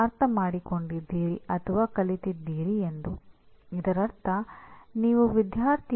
ಇಲ್ಲಿ ಅದು ಪ್ರೋಗ್ರಾಂ ಅಥವಾ ಪಠ್ಯಕ್ರಮದ ಕೊನೆಯಲ್ಲಿ ವಿದ್ಯಾರ್ಥಿ ಪ್ರದರ್ಶಿಸಬೇಕಾದ ಕಲಿಕೆಯ ಪರಿಣಾಮ